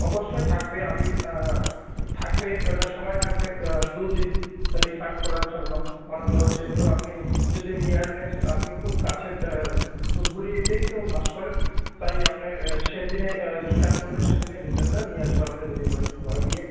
অবশ্যই থাকবে আবি থাকবে ওটার সময় থাকবে দুদিন তা রিফান্ড করার জন্য মনে করো যেহেতু আপনি যদি নিয়ারনেস্ট আপনি খুব কাছের ধুপগুড়ি এতেই তো বাস করেন তাই আপনে সেদিনে রিটার্ন করলে সেদিনে রিটার্নটা নিয়ে আসবে আমাদের ডেলিভারি বয় গিয়ে